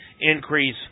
increase